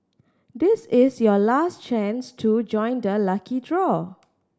this is your last chance to join the lucky draw